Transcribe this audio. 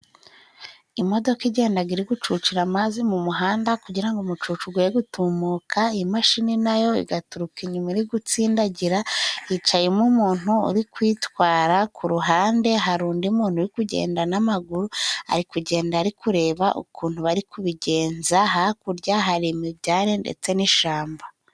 Imodoka igendaga irigucucira amazi mu muhanda kugira ngo umucucu gwe gutumuka, iyi mashini nayo igaturuka inyuma iri gutsindagira yicayemo umuntu uri kuyitwara ,ku ruhande hari undi muntu uri kugenda n'amaguru ari kugenda ari kurebaba ukuntu bari kubigenza, hakurya hari imibyare ndetse n'ishamba.